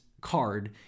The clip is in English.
card